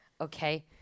okay